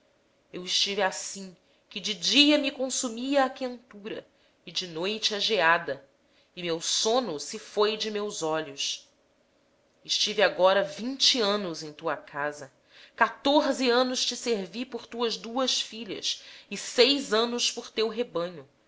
de noite assim andava eu de dia me consumia o calor e de noite a geada e o sono me fugia dos olhos estive vinte anos em tua casa catorze anos te servi por tuas duas filhas e seis anos por teu rebanho